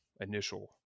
initial